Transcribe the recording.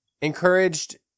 encouraged